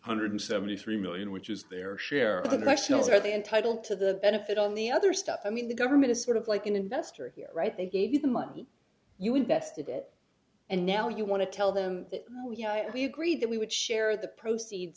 hundred seventy three million which is their share of the national party entitled to the benefit on the other stuff i mean the government is sort of like an investor here right they gave you the money you invested it and now you want to tell them yeah we agreed that we would share the proceeds